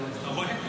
אתה רואה?